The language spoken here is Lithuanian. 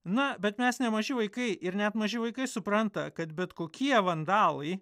na bet mes ne maži vaikai ir net maži vaikai supranta kad bet kokie vandalai